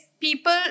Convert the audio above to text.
people